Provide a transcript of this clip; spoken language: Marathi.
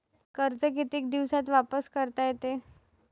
कर्ज कितीक दिवसात वापस करता येते?